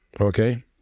Okay